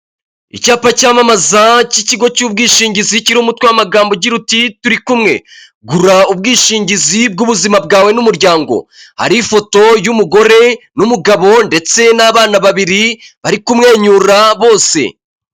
Icyapa cyamamaza cy'ikigo cy'ubwishingizi kiriho umutwe w'amagambo ugira uti turi kumwe. Gura ubwishingizi bw'ubuzima bwawe n'umuryango, hariho ifoto y'umugore n'umugabo ndetse n'abana babiri bari kumwenyura bose.